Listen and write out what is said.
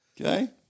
Okay